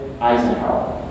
eisenhower